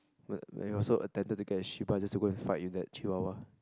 then he also intended to get a shiba just to go and fight with that Chihuahua